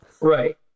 Right